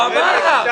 הוא אמר לך.